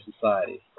society